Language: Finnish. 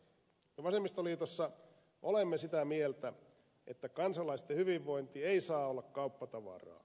me vasemmistoliitossa olemme sitä mieltä että kansalaisten hyvinvointi ei saa olla kauppatavaraa